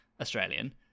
Australian